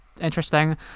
interesting